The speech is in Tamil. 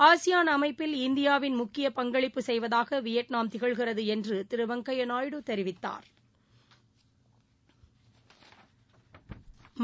ஆசியாள் அமைப்பில் இந்தியாவின் முக்கிய பங்களிப்பு செய்வதாக வியட்நாம் திகழ்கிறது என்று திரு வெங்கையா நாயுடு தெரிவித்தாா்